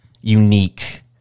unique